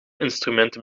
instrumenten